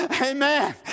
Amen